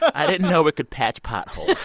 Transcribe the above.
i didn't know it could patch potholes